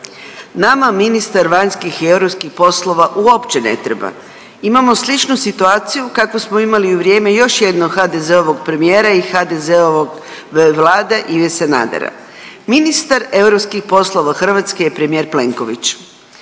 Nama ministar vanjskih i europskih poslova uopće ne treba. Imamo sličnu situaciju kakvu smo imali i u vrijeme još jednog HDZ-ovog premijera i HDZ-ovog Vlade Ive Sanadera. Ministar europskih poslova Hrvatske je premijer Plenković,